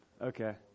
Okay